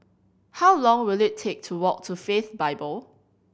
how long will it take to walk to Faith Bible